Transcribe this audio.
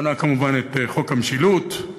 הוא מנה כמובן את חוק המשילות,